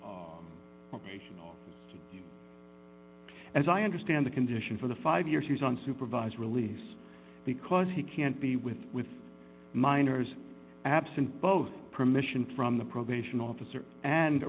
to as i understand the condition for the five years he's on supervised release because he can't be with minors absent post permission from the probation officer and